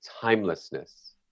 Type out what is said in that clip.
timelessness